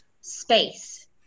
space